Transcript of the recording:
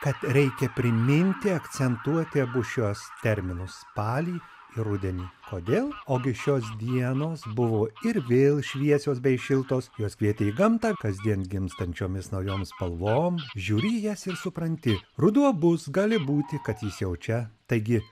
kad reikia priminti akcentuoti abu šiuos terminus spalį rudenį kodėl ogi šios dienos buvo ir vėl šviesios bei šiltos jos kvietė į gamtą kasdien gimstančiomis naujom spalvom žiūri į jas ir supranti ruduo bus gali būti kad jis jau čia taigi